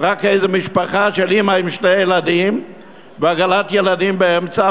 רק משפחה של אימא עם שני ילדים ועגלת ילדים באמצע,